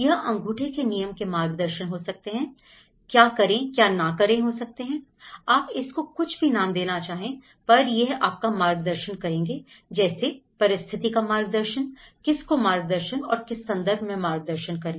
यह अंगूठे के नियम के मार्गदर्शन हो सकते हैं क्या करें क्या ना करें हो सकते हैं आप इसको कुछ भी नाम देना चाहे पर यह आपका मार्गदर्शन करेंगे जैसे परिस्थिति का मार्गदर्शन किस को मार्गदर्शन और किस संदर्भ में मार्गदर्शन करें